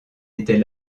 était